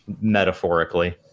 Metaphorically